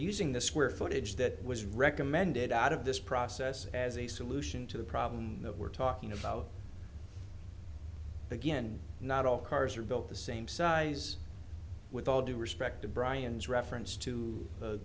using the square footage that was recommended out of this process as a solution to the problem that we're talking about again not all cars are built the same size with all due respect to brian's